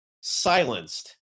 silenced